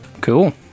Cool